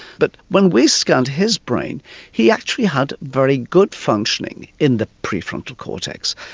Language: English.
but when we scanned his brain he actually had very good functioning in the prefrontal cortex.